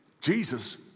Jesus